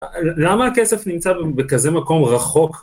למה הכסף נמצא בכזה מקום רחוק?